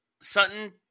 Sutton